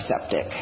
septic